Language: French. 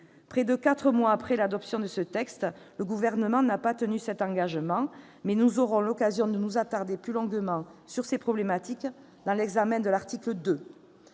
Près de quatre mois après l'adoption de ce texte, le Gouvernement n'a pas tenu cet engagement. Nous aurons l'occasion de nous attarder plus longuement sur ces problématiques lorsque nous aborderons l'examen de l'article 2.